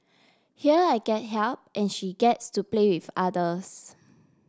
here I get help and she gets to play with others